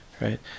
right